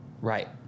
Right